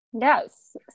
Yes